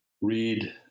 read